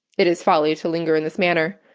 it is folly to linger in this manner.